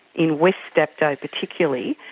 in west dapto particularly,